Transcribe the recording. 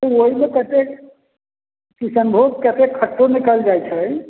ओहिमे कतेक किसनभोग कते खट्टो निकलि जाइ छै